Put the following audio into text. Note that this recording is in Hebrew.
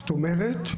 זאת אומרת,